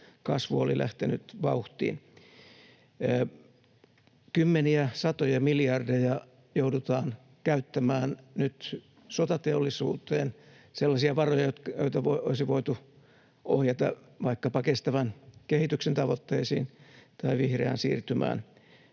kasvu oli lähtenyt vauhtiin. Kymmeniä, satoja miljardeja joudutaan käyttämään nyt sotateollisuuteen, sellaisia varoja, joita olisi voitu ohjata vaikkapa kestävän kehityksen tavoitteisiin tai vihreään siirtymään